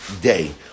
day